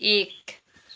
एक